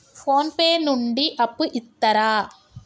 Phone pay నుండి అప్పు ఇత్తరా?